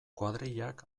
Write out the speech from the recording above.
kuadrillak